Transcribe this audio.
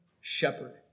shepherd